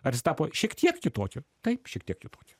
ar jis tapo šiek tiek kitokiu taip šiek tiek kitokiu